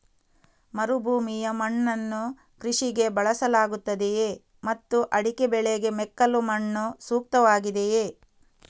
ಮರುಭೂಮಿಯ ಮಣ್ಣನ್ನು ಕೃಷಿಗೆ ಬಳಸಲಾಗುತ್ತದೆಯೇ ಮತ್ತು ಅಡಿಕೆ ಬೆಳೆಗೆ ಮೆಕ್ಕಲು ಮಣ್ಣು ಸೂಕ್ತವಾಗಿದೆಯೇ?